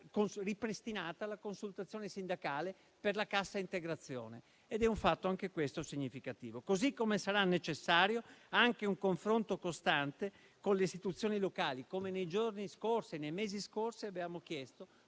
ripristinata la consultazione sindacale per la cassa integrazione: è un fatto anche questo significativo. Sarà necessario anche un confronto costante con le istituzioni locali, come nei mesi e nei giorni scorsi abbiamo chiesto